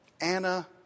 Anna